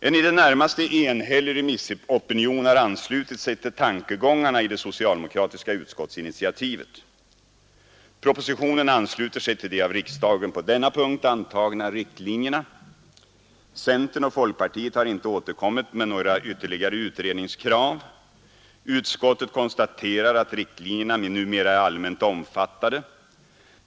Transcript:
En i det närmaste enhällig remissopinion har anslutit sig till tankegångarna i det socialdemokratiska utskottsinitiativet. Propositionen ansluter sig till de av riksdagen på denna punkt antagna riktlinjerna. Centern och folkpartiet har inte återkommit med några ytterligare utredningskrav. Utskottet konstaterar att riktlinjerna numera är allmänt omfattade.